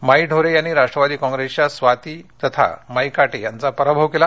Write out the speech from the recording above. माई ढोरे यांनी राष्ट्रवादी कॉप्रेसच्या स्वाती ऊर्फ माई काटे यांचा पराभव केला